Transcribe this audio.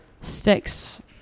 sticks